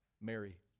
Mary